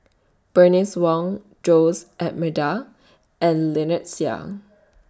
Bernice Wong Jose Almeida and Lynnette Seah